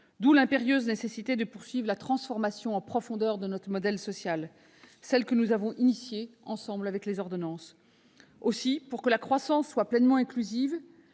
D'où l'impérieuse nécessité de poursuivre la transformation en profondeur de notre modèle social, celle que nous avons justement engagée ensemble avec les ordonnances. Aussi, pour que la croissance soit pleinement inclusive